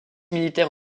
militaire